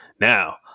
Now